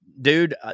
Dude